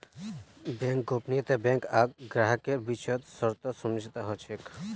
bank गोपनीयता bank आर ग्राहकेर बीचत सशर्त समझौता ह छेक